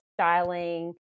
styling